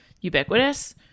ubiquitous